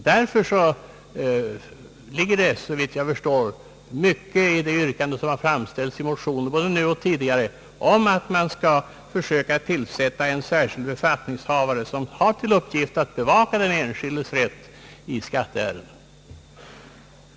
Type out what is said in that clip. Därför ligger det såvitt jag förstår mycket i det yrkande som har framförts i motioner, både nu och tidigare, om att man skall tillsätta en särskild befattningshavare som har till uppgift att bevaka den enskildes rätt i skatteärenden.